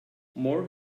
more